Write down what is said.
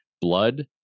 Blood